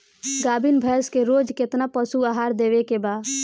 गाभीन भैंस के रोज कितना पशु आहार देवे के बा?